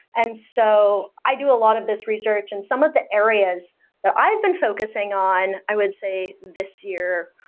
and so i do a lot of this research, and some of the areas that i've been focusing on i would say this year.